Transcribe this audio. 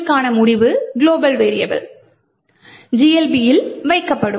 க்கான முடிவு global variables GLB இல் வைக்கப்படும்